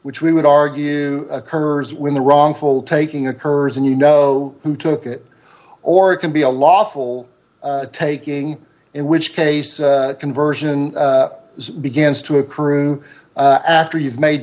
which we would argue occurs when the wrongful taking occurs and you know who took it or it can be a lawful taking in which case conversion begins to accrue after you've made